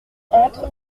entre